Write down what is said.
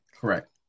Correct